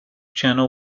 channel